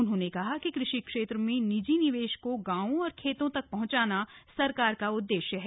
उन्होंने कहा कि कृषि क्षेत्र में निजी निवेश को गांवों और खेतों तक पहुंचाना सरकार उद्देश्य है